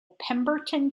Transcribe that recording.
pemberton